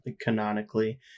Canonically